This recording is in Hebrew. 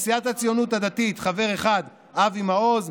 מסיעת הציונות הדתית חבר אחד: אבי מעוז,